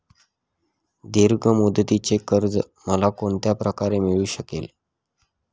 दीर्घ मुदतीचे कर्ज मला कोणत्या प्रकारे मिळू शकेल?